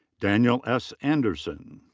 daniel s. andersen.